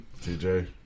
TJ